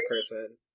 person